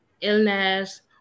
illness